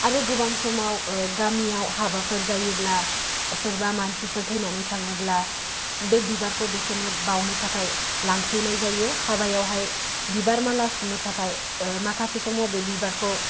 आरो गोबां समाव गामियाव हाबाफोर जायोब्ला सोरबा मानसिफोर थैनानै थाङोब्ला बे बिबारखौ बिसोरनो बावनो थाखाय लांफैनाय जायो हाबायावहाय बिबार माला सुनो थाखाय माखासे समाव बे बिबारखौ